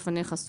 לפניך...